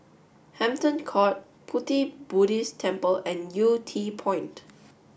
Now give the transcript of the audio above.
Hampton Court Pu Ti Buddhist Temple and Yew Tee Point